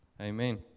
Amen